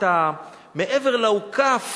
מעבר לאוכף